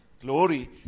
glory